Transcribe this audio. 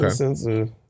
Okay